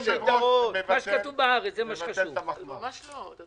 אדוני היושב-ראש, מבטל את המחמאה.